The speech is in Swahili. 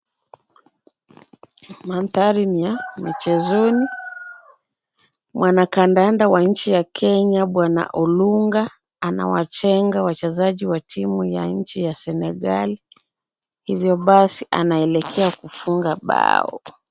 Mandhari ni ya michezoni, wanakandanda wa nchi ya Kenya bwana Olunga, anawachenga wachezaji wa timu ya nchi ya Senegal hivyo basi anaelekea kufunga bao.